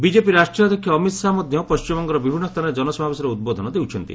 BJP ରାଷ୍ଟ୍ରୀୟ ଅଧ୍ୟକ୍ଷ ଅମିତ୍ ଶାହା ମଧ୍ୟ ପଣ୍ଟିମବଙ୍ଗର ବିଭିନ୍ନ ସ୍ଥାନରେ ଜନସମାବେଶରେ ଉଦ୍ବୋଧନ ଦେଉଛନ୍ତି